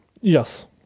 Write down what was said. Yes